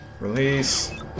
release